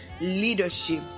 leadership